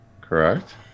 Correct